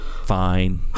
Fine